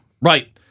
Right